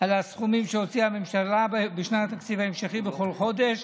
על הסכומים שהוציאה הממשלה בשנת התקציב ההמשכי בכל חודש,